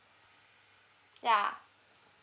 ya